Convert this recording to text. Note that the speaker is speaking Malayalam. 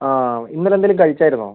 ആ ഇന്നലെ എന്തെങ്കിലും കഴിച്ചായിരുന്നോ